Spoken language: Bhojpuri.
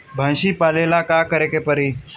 भइसी पालेला का करे के पारी?